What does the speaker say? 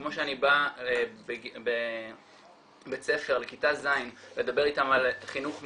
כמו שאני בא בבית ספר לכיתה ז' לדבר איתם על חינוך מיני,